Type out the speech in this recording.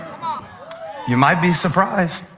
ah you might be surprised.